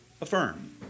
affirm